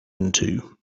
into